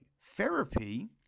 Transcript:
therapy